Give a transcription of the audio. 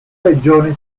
regione